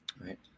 Right